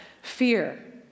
Fear